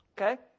okay